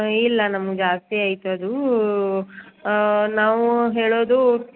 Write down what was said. ಇಲ್ಲ ನಮ್ಗೆ ಜಾಸ್ತಿ ಆಯ್ತು ಅದು ನಾವು ಹೇಳೋದು